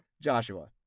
Joshua